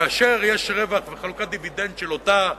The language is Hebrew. כאשר יש רווח וחלוקת דיבידנד של אותה עמותה,